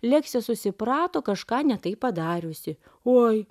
leksė susiprato kažką ne taip padariusi oi